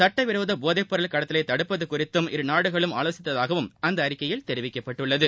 சட்டவிரோத போதைப்பொருள் கடத்தலை தடுப்பது குறித்தும் இரு நாடுகளும் ஆலோசித்ததாகவும் அந்த அறிக்கையில் தெரிவிக்கப்பட்டுள்ளது